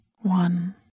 one